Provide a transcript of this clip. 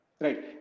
Right